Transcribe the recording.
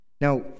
Now